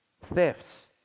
thefts